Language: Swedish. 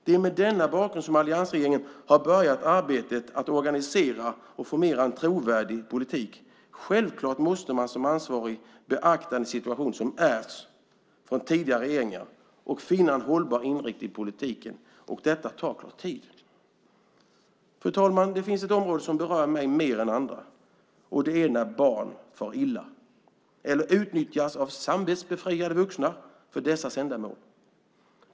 Det är mot denna bakgrund som alliansregeringen har börjat arbetet med att organisera och formera en trovärdig politik. Självklart måste man som ansvarig beakta den situation som ärvts från tidigare regeringar och finna en hållbar inriktning på politiken, och detta tar tid. Fru talman! Det finns ett område som berör mig mer än andra, och det är när barn far illa eller utnyttjas av samvetsbefriade vuxna för dessas ändamål.